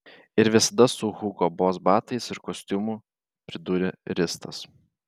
ir visada su hugo boss batais ir kostiumu pridūrė ristas